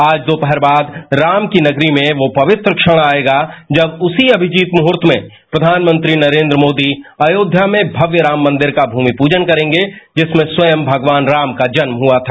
आज दोपहर बाद राम की नगरी में वो पवित्र क्षण आयेगा जब उसी अभिजीत मुहुर्त में प्रधानमंत्री नरेन्द्र मोदी अयोध्या में भव्य राम मॉदेर का भूमि पूजन करेंगे जिसमें स्वयं भगवान राम का जन्म हुआ था